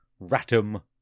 Ratum